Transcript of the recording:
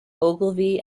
ogilvy